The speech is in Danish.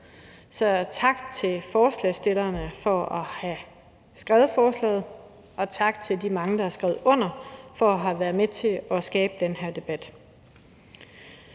Så tak til forslagsstillerne for at have skrevet forslaget, og tak til de mange, der har skrevet under, for at have været med til at skabe den her debat.